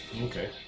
Okay